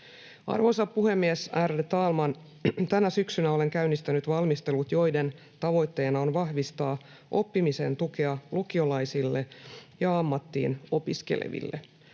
Arvoisa puhemies, ärade talman! Tänä syksynä olen käynnistänyt valmistelut, joiden tavoitteena on vahvistaa oppimisen tukea lukiolaisille ja ammattiin opiskeleville.